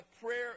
prayer